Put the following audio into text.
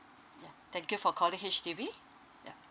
thank you for calling H_D_B yeah